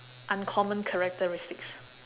uncommon characteristics